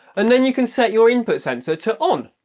and then you can set your input sensor to on,